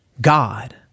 God